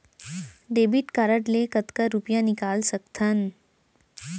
Debit card ले कतका रुपिया निकाल सकथन?